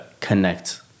connect